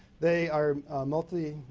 they are multimedia.